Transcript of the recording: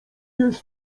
jest